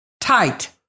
Tight